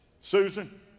Susan